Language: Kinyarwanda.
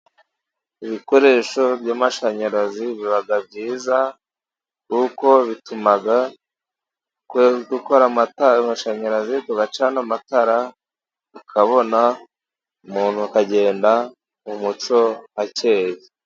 Ibikoresho by'amashanyarazi biba byiza, kuko bituma gukora amashanyarazi, tugacana amatara tukabona, umuntu akagenda mu mucyo hakeye.